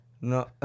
No